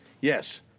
Yes